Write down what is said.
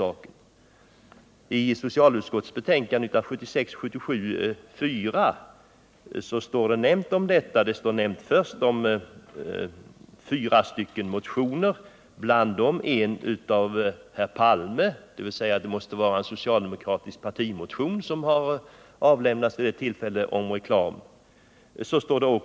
Vidare kan jag nämna att i socialutskottets yttrande 1976/77:4 y omnämns först fyra motioner, varibland en av herr Palme m.fl. Det måste alltså ha varit en socialdemokratisk partimotion om förbud mot alkoholreklam.